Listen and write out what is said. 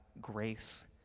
grace